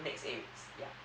the next eight weeks yeah